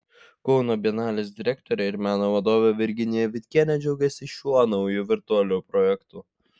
kauno bienalės direktorė ir meno vadovė virginija vitkienė džiaugiasi šiuo nauju virtualiu projektu